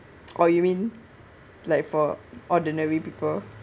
or you mean like for ordinary people